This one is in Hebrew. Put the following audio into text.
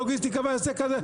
לוגיסטיקה בעסק הזה.